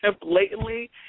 blatantly